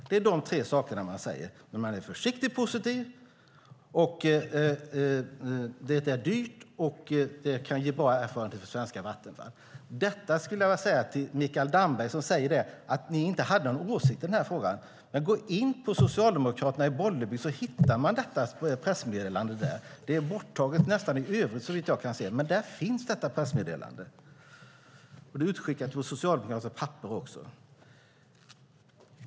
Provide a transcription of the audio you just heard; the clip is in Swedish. Det är de tre saker som man säger: Man är försiktigt positiv, det är dyrt och det kan ge bra erfarenheter för svenska Vattenfall. Mikael Damberg säger att Socialdemokraterna inte hade någon åsikt i den här frågan, men gå in på Socialdemokraterna i Bollebygds hemsida så hittar du detta pressmeddelande! Det är borttaget överallt i övrigt, såvitt jag kan se, men där finns detta pressmeddelande. Det är utskickat från Socialdemokraterna och finns på papper också.